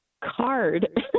card